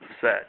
set